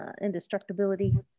indestructibility